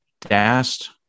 DAST